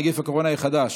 נגיף הקורונה החדש),